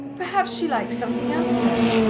perhaps she likes something else better.